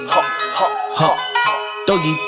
Doggy